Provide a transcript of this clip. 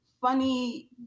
funny